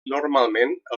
normalment